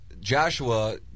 Joshua